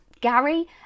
Gary